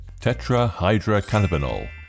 tetrahydrocannabinol